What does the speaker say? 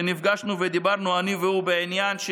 נפגשנו ודיברנו אני והוא בעניין.